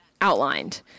outlined